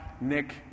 Nick